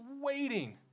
waiting